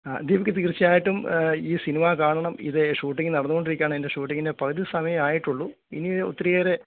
ആ ദീപക്ക് തീർച്ചയായിട്ടും ഈ സിനിമാ കാണണം ഇത് ഷൂട്ടിംഗ് നടന്നോണ്ടിരിക്കുകയാണ് അതിൻ്റെ ഷൂട്ടിങ്ങിൻ്റെ പകുതി സമയമേ ആയിട്ടുള്ളു ഇനി ഒത്തിരിയേറെ